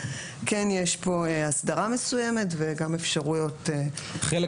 כן יש פה הסדרה מסוימת וגם אפשרויות --- חלק